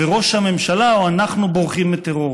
וראש הממשלה או אנחנו בורחים מטרור.